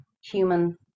human